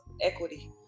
equity